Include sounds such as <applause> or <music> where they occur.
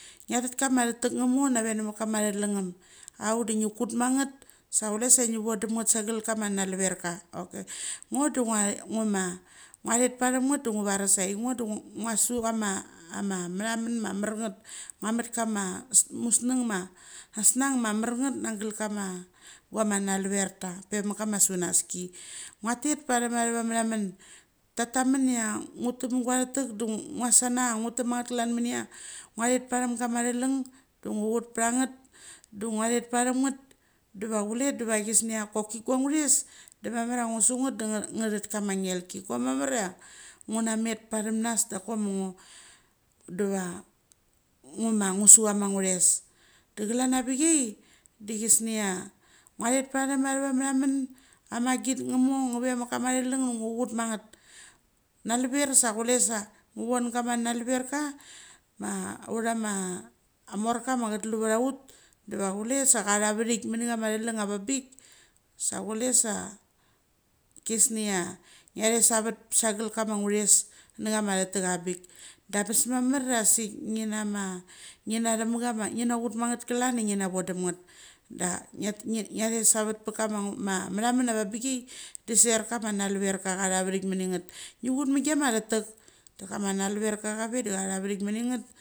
Chia tet kama thetet ngmo nave ngvet kama chelenim auk de ngi kut manget sa chule sangi vondem nget sagel kama naruverka. Ngo da <unintelligible> ngu ma ngia thet pachim nget da ungiares jngo da ngia su chai ma methen ma mar nget ngia met kama methamen mamar nget ngia met musung ma seng mamar nget ngle kama guia ma naruverka vemit kama sunaski, ngia tet pathem chava meth amen thatet men chia ngu tek ma guia thetek da ngia sana chia. Ngu tek ma nge klan mechia. Ngo thet pachem gama theleng da ngo ut pacha nget da ngia thet pachem nget, da cha chle da chesia kok guianuthes da mamar chia ngusu nget kam ngelgi, koi mamar chia ngu na met pachem nas da kok ma ngo. Diva ngu ma ngus chama nguthes. Da chlan a vechaia dechesia ngthet pathem thavamen amagit ngmo ngvem kama theleng, ut manget. Nalve sa chule sa ngo von kama nalve kama autha ma morka ma cha tul va ut da chiula sacha thua vethit meni chama chele a vung bik sa chule sa chesnia ngia thes savet sagel kama nguthes nachama, theteka vang pik. Da abes mamar cha sik nginama ngia chut ma nget klan de ngia vodem nget da ngiathes sa vet pakama <unintelligible> ngiam thes savet kama mathemen cha vung bikia da ser kama, narve tha cha ma vathit meni nget. Nge ut ma gia ma thatkek kama narverka a veda cha thu aveik men nget.